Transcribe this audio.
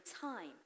time